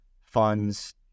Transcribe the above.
funds